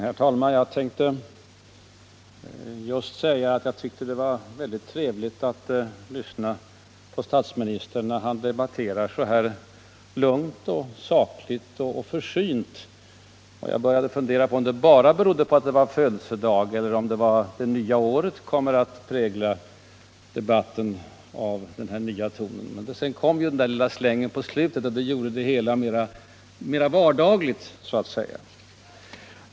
Herr talman! Jag tänkte just säga att jag tyckte det var väldigt trevligt att lyssna på statsministern när han debatterar så här lugnt och sakligt och försynt, och jag börjar fundera på om det bara berodde på att det var hans födelsedag eller om det nya året skulle komma att präglas .av en debatt i den här nya tonen —- men sedan kom den där lilla slängen på slutet, och det gjorde det hela mera vardagligt, så att säga.